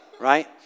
right